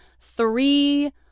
three